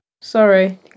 Sorry